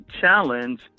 challenge